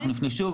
אנחנו נפנה שוב,